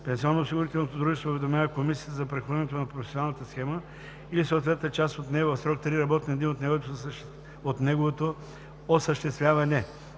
Пенсионноосигурителното дружество уведомява комисията за прехвърлянето на професионалната схема или съответната част от нея в срок три работни дни от неговото осъществяване.